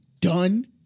done